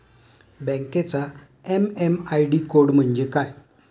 बँकेचा MM ID code म्हणजे काय?